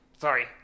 Sorry